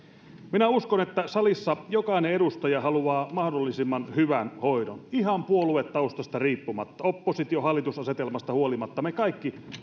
minä uskon että salissa jokainen edustaja haluaa mahdollisimman hyvän hoidon ihan puoluetaustasta riippumatta oppositio hallitus asetelmasta huolimatta me kaikki